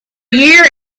year